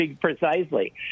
precisely